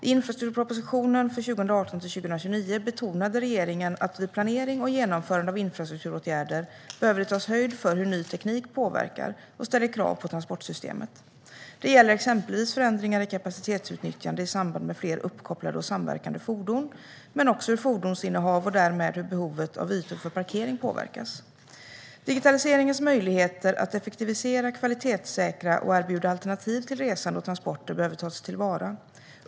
I infrastrukturpropositionen för 2018-2029 betonade regeringen att vid planering och genomförande av infrastrukturåtgärder behöver det tas höjd för hur ny teknik påverkar och ställer krav på transportsystemet. Det gäller exempelvis förändringar i kapacitetsutnyttjande i samband med fler uppkopplade och samverkande fordon, men också hur fordonsinnehavet och därmed hur behovet av ytor för parkering påverkas. Digitaliseringens möjligheter att effektivisera, kvalitetssäkra och erbjuda alternativ till resande och transporter behöver tas till vara.